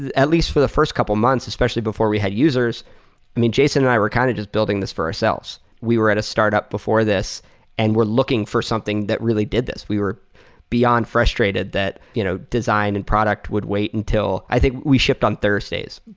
at least for the first couple months, especially before we had users i mean, jason and i were kind of just building this for ourselves. we were at a startup before this and we're looking for something that really did this. we were beyond frustrated that you know design and product would wait until i think we shipped on thursdays.